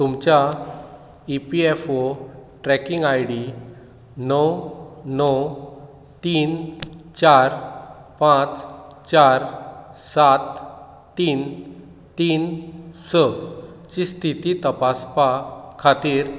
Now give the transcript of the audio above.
तुमच्या E P F O tracking I D णव णव तीन चार पांच चार सात तीन तीन स ची स्थिती तपासपा खातीर